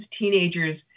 teenagers